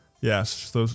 Yes